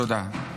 תודה.